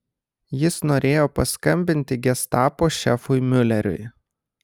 jis norėjo paskambinti gestapo šefui miuleriui